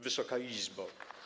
Wysoka Izbo!